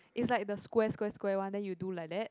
is like the square square square one then you do like that